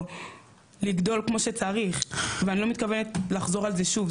או לגדול כמו שצריך ואני לא מתכוונת לחזור על זה שוב,